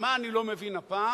ומה אני לא מבין הפעם?